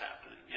happening